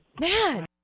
Man